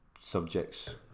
subjects